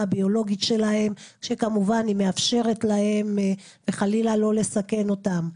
הביולוגית שלהם שכמובן היא מאפשרת להם וחלילה לא לסכן אותם.